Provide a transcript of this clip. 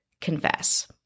confess